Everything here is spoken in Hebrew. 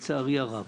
לצערי הרב.